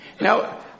Now